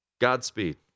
Godspeed